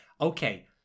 okay